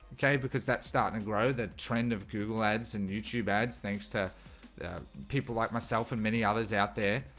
okay, because that's starting to and grow that trend of google ads and youtube ads. thanks to people like myself and many others out there